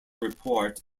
report